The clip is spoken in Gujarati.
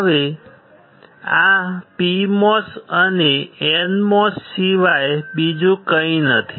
હવે આ PMOS અને NMOS સિવાય બીજું કંઈ નથી